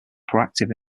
proactive